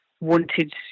wanted